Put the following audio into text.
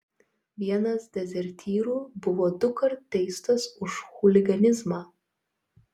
vienas dezertyrų buvo dukart teistas už chuliganizmą